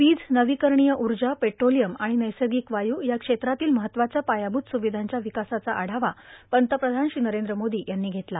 वीज नविकरणीय ऊर्जा पेट्रोलियम आणि नैसर्गिक वायु या क्षेत्रातील महत्वाच्या पायाभूत सुविधांच्या विकासाचा आढावा पंतप्रधान श्री नरेंद्र मोदी यांनी घेतला